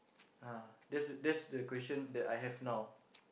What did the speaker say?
uh that's that's the question that I have now